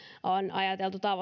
ajateltu tavoitteet yksi